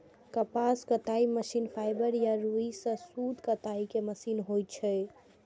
कपास कताइ machine fibre या रुइ सं सूत कताइ के मशीन होइ छै